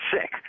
sick